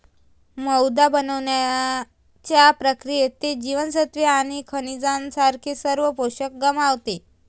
मैदा बनवण्याच्या प्रक्रियेत, ते जीवनसत्त्वे आणि खनिजांसारखे सर्व पोषक गमावते